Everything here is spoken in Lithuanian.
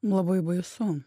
labai baisu